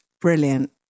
brilliant